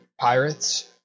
pirates